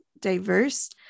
diverse